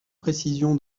précision